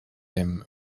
him